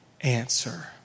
answer